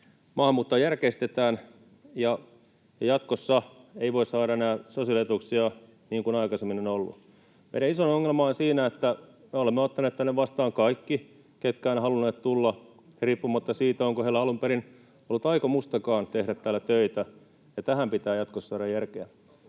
maahanmuuttoa järkeistetään ja jatkossa ei voi saada enää sosiaalietuuksia, niin kuin aikaisemmin on ollut. Meidän isoin ongelmamme on siinä, että me olemme ottaneet tänne vastaan kaikki, ketkä ovat halunneet tulla, [Anna-Kaisa Pekonen: No eihän olla, sehän on aivan uskomaton väite!] riippumatta siitä, onko heillä